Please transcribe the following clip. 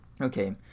Okay